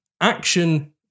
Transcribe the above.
Action